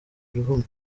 rihumye